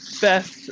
best